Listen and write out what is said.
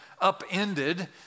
upended